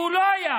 והוא לא היה.